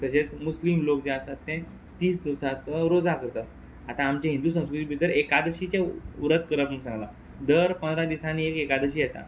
तशेंच मुस्लीम लोक जे आसात ते तीस दोसाचो रोजा करतात आतां आमचे हिंदू संस्कृती भितर एकादशीचे व्रत करप म्हूण सांगलां दर पनरा दिसानी एक एकादशी येता